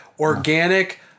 organic